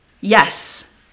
yes